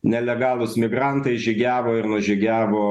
nelegalūs migrantai žygiavo ir nužygiavo